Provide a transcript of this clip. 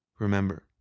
Remember